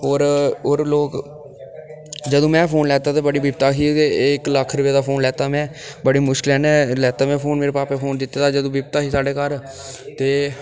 होर होर लोक जदूं में फोन लैता ते बड़ी बिपता ही एह् इक लक्ख रपेऽ दा फोन लैता में बड़ी मुश्कलै नै लैता में फोन मेरे भापै फोन दित्ते हा जदूं बड़ी बिपता ही साढ़े घर ते